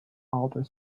outer